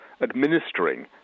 administering